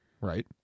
Right